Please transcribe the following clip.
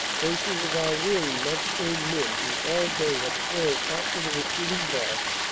faces of our weary mud-stained men who all day had toiled after the retreating boche,